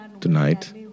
tonight